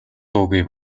дуугүй